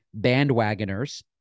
bandwagoners